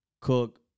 cook